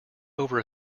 over